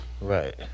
Right